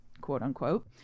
quote-unquote